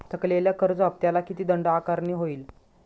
थकलेल्या कर्ज हफ्त्याला किती दंड आकारणी होईल?